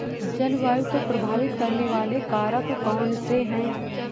जलवायु को प्रभावित करने वाले कारक कौनसे हैं?